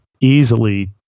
easily